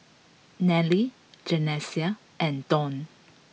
Nelly Janessa and Dawn